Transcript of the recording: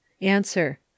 Answer